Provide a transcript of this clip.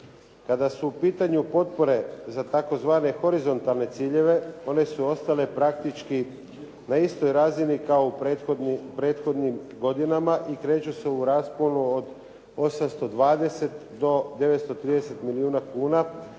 Kada su u pitanju potpore za tzv. horizontalne ciljeve, one su ostale praktički na istoj razini kao u prethodnim godinama i kreću se u rasponu od 820 do 930 milijuna kuna,